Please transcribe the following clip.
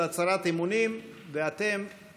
יש לנו שני חברי כנסת שטרם הצהירו אמונים ואני רואה אותם כאן.